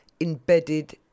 Embedded